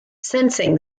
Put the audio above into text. sensing